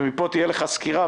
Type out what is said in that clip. ומפה תהיה לך סקירה,